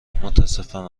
متاسفم